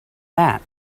that